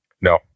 No